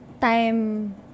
time